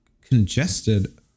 congested